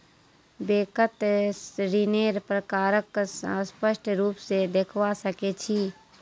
बैंकत ऋन्नेर प्रकारक स्पष्ट रूप से देखवा सके छी